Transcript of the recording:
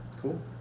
cool